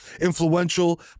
influential